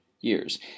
years